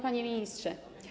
Panie Ministrze!